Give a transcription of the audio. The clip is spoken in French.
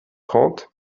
trente